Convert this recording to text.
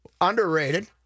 Underrated